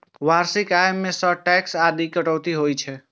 वार्षिक आय मे सं टैक्स आदिक कटौती होइ छै